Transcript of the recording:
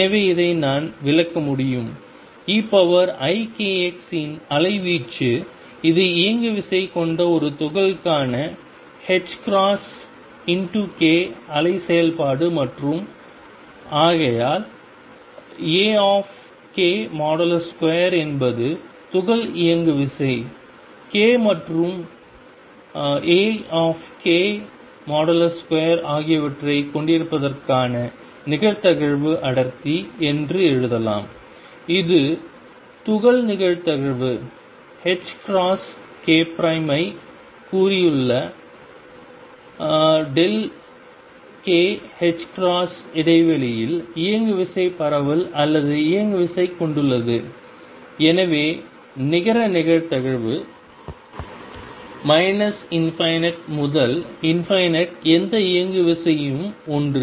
எனவே இதை நான் விளக்க முடியும் eikx இன் அலைவீச்சு இது இயங்குவிசை கொண்ட ஒரு துகள்க்கான ℏk அலை செயல்பாடு மற்றும் ஆகையால் Ak2 என்பது துகள் இயங்குவிசை k மற்றும் Ak2 ஆகியவற்றைக் கொண்டிருப்பதற்கான நிகழ்தகவு அடர்த்தி என்று எழுதலாம் இது துகள் நிகழ்தகவு ℏk ஐச் சுற்றியுள்ள kℏ இடைவெளியில் இயங்குவிசை பரவல் அல்லது இயங்குவிசைக் கொண்டுள்ளது எனவே நிகர நிகழ்தகவு ∞ முதல் எந்த இயங்குவிசையூம் ஒன்று